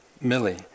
Millie